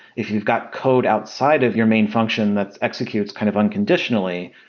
if you've got code outside of your main function that executes kind of unconditionally,